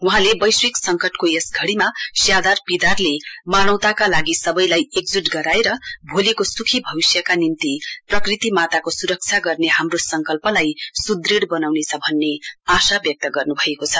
वहाँले वैश्विक संकटको घड़ीमा श्यादार पिदारको मानवताको लागि सबैलाई एकजूट गराएर भोलिको सुखी भविष्यका निम्ति प्रकृति माताको सुरक्षा गर्ने हाम्रो संकल्पलाई सुदृढ़ बनाउनेछ भन्ने आशा व्यक्त गर्नु भएको छ